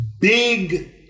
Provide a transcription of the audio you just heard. big